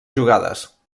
jugades